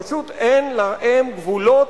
פשוט אין להם גבולות.